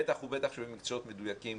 בטח ובטח במקצועות מדויקים,